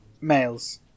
males